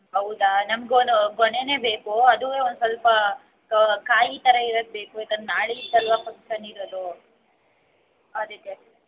ಹೌದಾ ನಮ್ಗು ಗೊನೆನೇ ಬೇಕು ಅದೂ ಒಂದು ಸ್ವಲ್ಪ ಕಾಯಿ ಥರ ಇರದು ಬೇಕು ಯಾಕನ್ ನಾಡಿದ್ದಲ್ವಾ ಫಂಕ್ಷನ್ ಇರೋದು ಅದಕ್ಕೆ